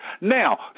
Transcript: Now